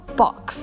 box